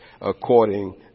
according